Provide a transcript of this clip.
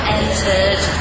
entered